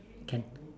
can